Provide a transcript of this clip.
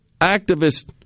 activist